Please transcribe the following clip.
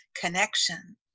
connection